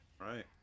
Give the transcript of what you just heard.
Right